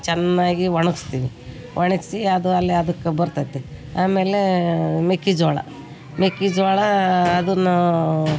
ಚೆನ್ನಾಗಿ ಒಣಗಿಸ್ತಿವಿ ಒಣಗಿಸಿ ಅದು ಅಲ್ಲೆ ಅದಕ್ಕಾ ಬರ್ತತೆ ಆಮೇಲೆ ಮೆಕ್ಕೆಜೋಳ ಮೆಕ್ಕೆಜೋಳ ಅದನ್ನ